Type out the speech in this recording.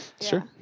sure